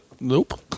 Nope